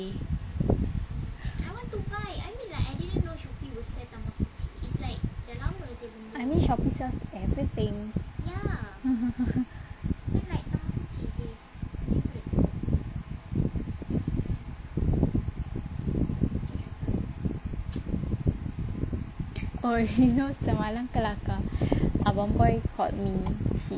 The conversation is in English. I mean shopee sells everything oh you know semalam kelakar abang boy called me